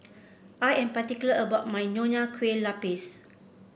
I am particular about my Nonya Kueh Lapis